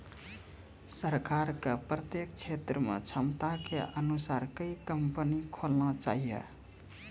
सरकार के प्रत्येक क्षेत्र मे क्षमता के अनुसार मकई कंपनी खोलना चाहिए?